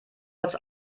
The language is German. als